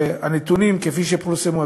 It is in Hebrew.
לפי הנתונים שפורסמו,